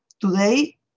Today